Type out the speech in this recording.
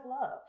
love